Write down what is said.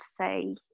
say